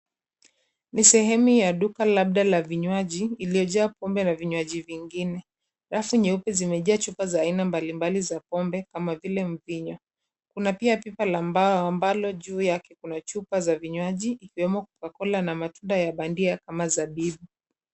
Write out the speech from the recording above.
Ni sehemu ya duka labda la vinywaji iliyojaa pombe na vinywaji vingine. Rafu nyeupe zimejaa chupa za aina mbalimbali za pombe kama vile mvinyo. Kuna pia pipa la mbao amabalo juu yake kuna chupa za vinywaji ikiwemo cocacola na matunda ya bandia kama zabibu.